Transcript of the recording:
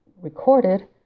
recorded